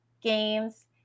games